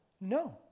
No